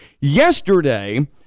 Yesterday